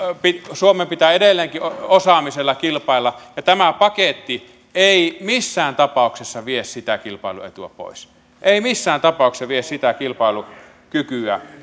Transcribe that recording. suomen pitää edelleenkin osaamisella kilpailla ja tämä paketti ei missään tapauksessa vie sitä kilpailuetua pois ei missään tapauksessa vie sitä kilpailukykyä